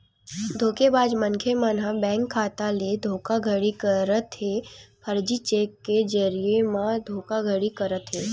धोखेबाज मनखे मन ह बेंक खाता ले धोखाघड़ी करत हे, फरजी चेक के जरिए म धोखाघड़ी करत हे